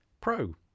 pro